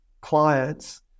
clients